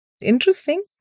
interesting